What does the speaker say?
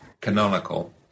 canonical